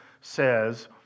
says